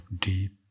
deep